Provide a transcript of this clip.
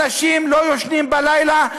אנשים לא ישנים בלילה,